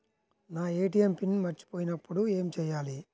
నా ATM PIN మర్చిపోయినప్పుడు ఏమి చేయాలి?